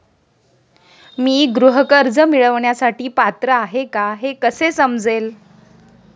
मी गृह कर्ज मिळवण्यासाठी पात्र आहे का हे कसे समजेल?